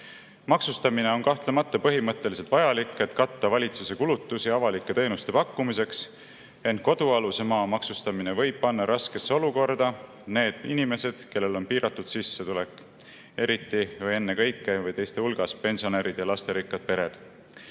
Maksustamine on kahtlemata põhimõtteliselt vajalik, et katta valitsuse kulutusi avalike teenuste pakkumiseks. Ent kodualuse maa maksustamine võib panna raskesse olukorda need inimesed, kellel on piiratud sissetulek, eriti või ennekõike või teiste hulgas pensionärid ja lasterikkad pered.